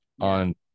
on